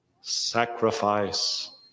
sacrifice